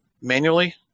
manually